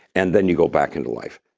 and then you go back into life.